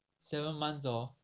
seven months hor